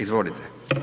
Izvolite.